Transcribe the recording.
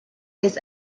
his